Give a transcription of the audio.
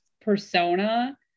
persona